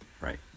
Right